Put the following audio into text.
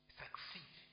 succeed